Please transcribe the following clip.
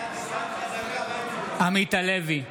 בעד עמית הלוי,